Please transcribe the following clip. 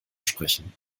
sprechen